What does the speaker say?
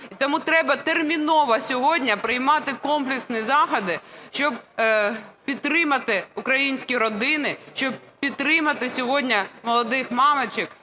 Тому треба терміново сьогодні приймати комплексні заходи, щоб підтримати українські родини, щоб підтримати сьогодні молодих мамочок,